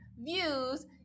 views